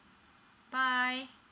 bye